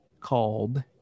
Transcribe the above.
called